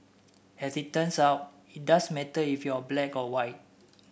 as it turns out it does matter if you're black or white